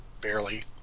barely